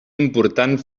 important